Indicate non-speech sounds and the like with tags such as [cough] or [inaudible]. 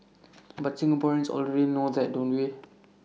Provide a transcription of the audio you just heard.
[noise] but Singaporeans already know that don't we